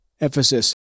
emphasis